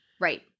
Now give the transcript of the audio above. Right